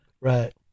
Right